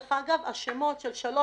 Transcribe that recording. ודרך אגב השמות של שלוש